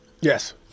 Yes